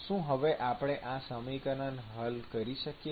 શું હવે આપણે આ સમીકરણ હલ કરી શકીએ